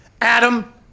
Adam